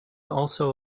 also